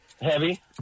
Heavy